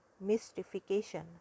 mystification